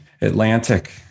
Atlantic